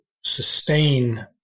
sustain